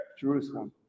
Jerusalem